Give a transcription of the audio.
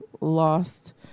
lost